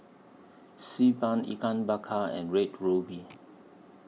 Xi Ban Ikan Bakar and Red Ruby